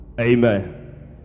Amen